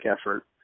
effort